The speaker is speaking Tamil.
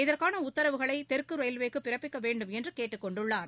இதற்கான உத்தரவுகளை தெற்கு ரயில்வேக்கு பிறப்பிக்க வேண்டுமென்று கேட்டுக் கொண்டுள்ளார்